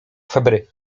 febry